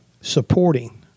supporting